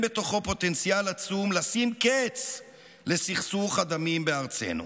בתוכו פוטנציאל עצום לשים קץ לסכסוך הדמים בארצנו.